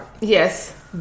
Yes